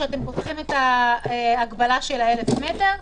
כשאתם פותחים את ההגבלה של ה-1,000 מטר,